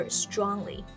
strongly